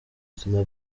buzima